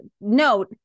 note